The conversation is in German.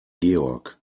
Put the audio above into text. georg